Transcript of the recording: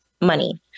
money